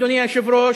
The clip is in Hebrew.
אדוני היושב-ראש,